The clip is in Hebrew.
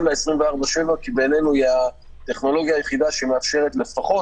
ל-24/7 כי בעינינו היא הטכנולוגיה היחידה שמאפשרת לפחות